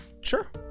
Sure